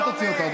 אל תוציא אותו,